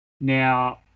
Now